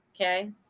Okay